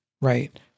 Right